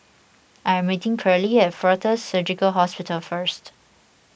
I am meeting Pearle at fortis Surgical Hospital first